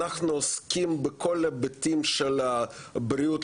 וגנים או עושים את זה באוכלוסיות שרוב הסיכויים שלא יזרקו החיסונים,